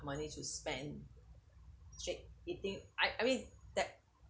money to spend straight eating I I mean that